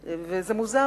וזה מוזר,